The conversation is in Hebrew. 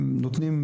הם נותנים,